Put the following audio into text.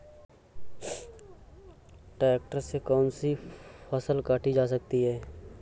Tractor से कौन सी फसल काटी जा सकती हैं?